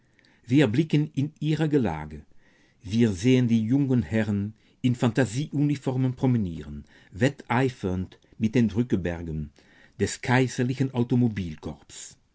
wir blicken in ihre gelage wir sehen die jungen herren in phantasieuniformen promenieren wetteifernd mit den drückebergern des kaiserlichen